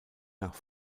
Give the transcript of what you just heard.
nach